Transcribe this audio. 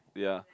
ya